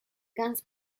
guns